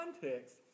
context